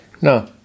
No